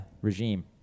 regime